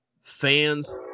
fans